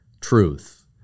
truth